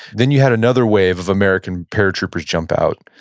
then you had another wave of american paratroopers jump out.